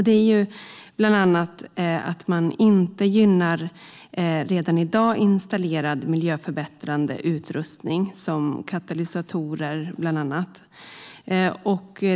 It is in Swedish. Det är bland annat att man inte gynnar redan installerad miljöförbättrande utrustning, till exempel katalysatorer.